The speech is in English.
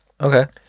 Okay